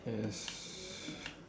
yes